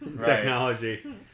technology